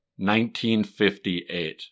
1958